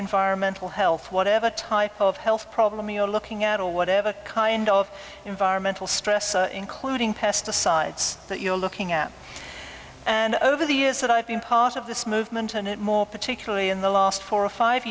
environmental health whatever type of health problem you're looking at or whatever kind of environmental stress including pesticides that you're looking at and over the years that i've been part of this movement and it more particularly in the last four or five